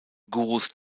gurus